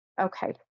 Okay